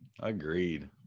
Agreed